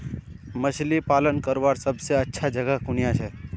मछली पालन करवार सबसे अच्छा जगह कुनियाँ छे?